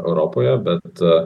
europoje bet